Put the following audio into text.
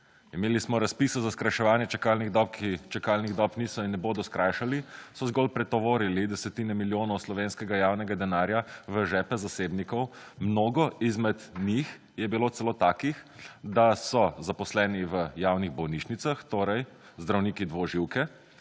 Imeli smo razpise za skrajševanje čakalnih dob, ki čakalnih dob niso in ne bodo skrajšali, so zgolj pretovorili desetine milijonov slovenskega javnega denarja v žepe zasebnikov. Mnogi izmed njih je bilo celo takih, da so zaposleni v javnih bolnišnicah, torej zdravniki dvoživke,